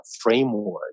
framework